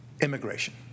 immigration